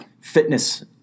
fitness